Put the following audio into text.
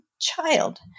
child